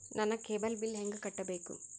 ನನ್ನ cable bill ಹೆಂಗ ಕಟ್ಟಬೇಕು?